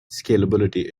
scalability